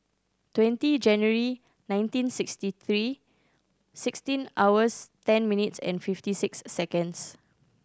twenty January nineteen sixty three sixteen hours ten minutes and fifty six seconds